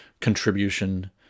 contribution